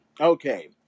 Okay